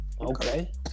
Okay